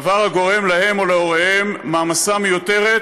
דבר הגורם להם או להוריהם מעמסה מיותרת